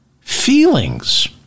Feelings